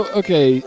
okay